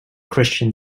christian